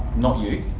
not you.